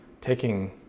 taking